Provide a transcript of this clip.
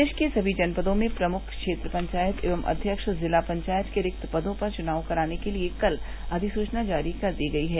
प्रदेश के समी जनपदों में प्रमुख क्षेत्र पंचायत एवं अव्यक्ष जिला पंचायत के रिक्त पदों पर चुनाव कराने के लिए कल अधिसूचना जारी कर दी गई है